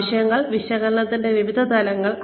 ആവശ്യങ്ങളുടെ വിശകലനത്തിന്റെ വിവിധ തലങ്ങൾ